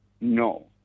no